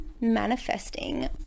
manifesting